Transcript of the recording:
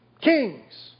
Kings